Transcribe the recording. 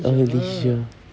oh leisure